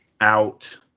out